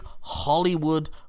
hollywood